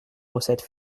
recettes